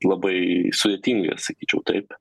labai sudėtinga sakyčiau taip